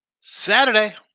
Saturday